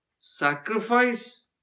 sacrifice